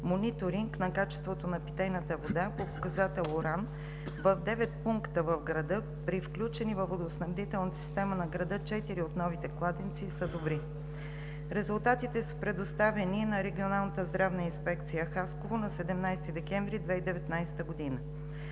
мониторинг на качеството на питейната вода по показател „уран“ в девет пункта в града, при включени във водоснабдителната система на града четири от новите кладенци, са добри. Резултатите са предоставени на Регионалната здравна инспекция Хасково на 17 декември 2019 г.